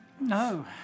No